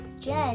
Jen